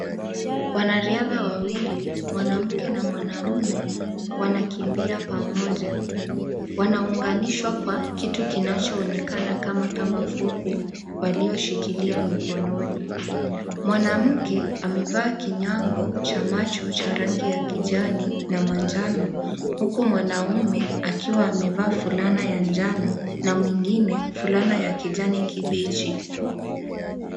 Wanariadha wawili mwanamke na mwanaume wanakimbia pamoja wanaunganishwa kwa kitu kinachoonekana kama kamba fupi walioshikilia mkononi, mwanamke amevaa kinyango cha macho cha rangi ya kijani na manjano huku mwanaume akiwa amevaa fulana ya njano na mwingine fulana ya kijani kibichi.